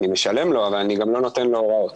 אני משלם לו, אבל אני לא נותן לו הוראות.